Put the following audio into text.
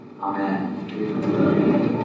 Amen